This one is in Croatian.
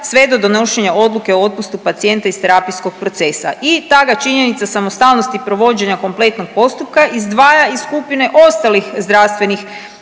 sve do donošenja odluke o otpustu pacijenta iz terapijskog procesa i ta ga činjenica samostalnosti i provođenja kompletnog postupka izdvaja iz skupine ostalih zdravstvenih